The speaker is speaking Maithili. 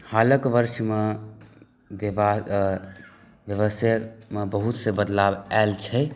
हालक वर्षमे विवाद व्यवसायमे बहुत से बदलाव आयल छै